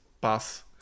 pass